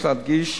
יש להדגיש